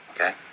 okay